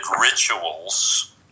rituals